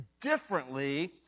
differently